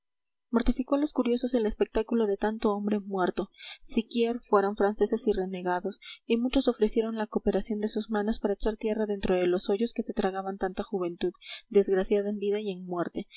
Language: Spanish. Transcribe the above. mortificó a los curiosos el espectáculo de tanto hombre muerto siquier fueran franceses y renegados y muchos ofrecieron la cooperación de sus manos para echar tierra dentro de los hoyos que se tragaban tanta juventud desgraciada en vida y en muerte